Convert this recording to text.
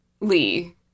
Lee